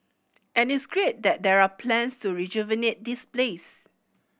and it's great that there are plans to rejuvenate this place